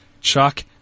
chuck